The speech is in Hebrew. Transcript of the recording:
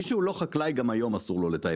מי שהוא לא חקלאי גם היום אסור לו לתאם.